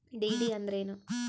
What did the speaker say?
DD ಅಂದ್ರೇನು?